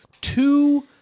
two